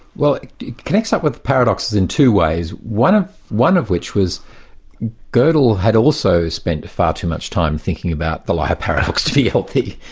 well it connects up with paradoxes in two ways. one ah one of which was godel had also spent far too much time thinking about the liar paradox to be healthy,